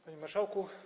Panie Marszałku!